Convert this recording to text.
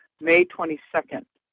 may twenty second.